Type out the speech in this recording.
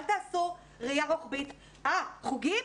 אל תעשו ראייה רוחבית, אה, חוגים?